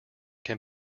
can